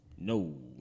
No